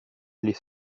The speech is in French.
les